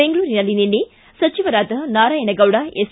ಬೆಂಗಳೂರಿನಲ್ಲಿ ನಿನ್ನೆ ಸಚಿವರಾದ ನಾರಾಯಣಗೌಡ ಎಸ್